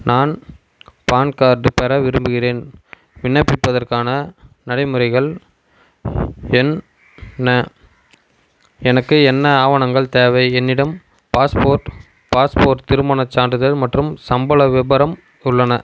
நான் பான்கார்டு பெற விரும்புகிறேன் விண்ணப்பிப்பதற்கான நடைமுறைகள் என்ன எனக்கு என்ன ஆவணங்கள் தேவை என்னிடம் பாஸ்போர்ட் பாஸ்போர்ட் திருமணச் சான்றிதழ் மற்றும் சம்பள விபரம் உள்ளன